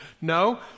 No